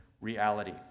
reality